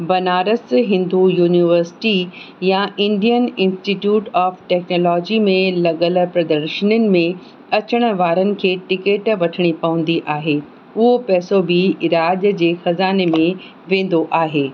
Banaras Hindu university या Indian institute of technology में लॻियलु प्रदर्शनियुनि में अचण वारनि खे टिकेट वठणी पवंदी आहे उहो पैसो बि राज्य जे खज़ाने में वेंदो आहे